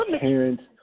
parents